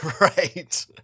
Right